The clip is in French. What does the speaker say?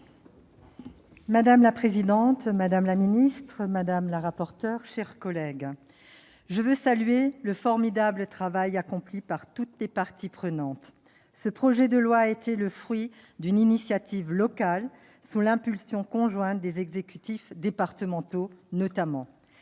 Madame la présidente, madame la ministre, mes chers collègues, je veux saluer le formidable travail accompli par toutes les parties prenantes. Ce projet de loi a été le fruit d'une initiative locale, notamment sous l'impulsion conjointe des exécutifs départementaux. Il a été